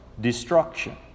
destruction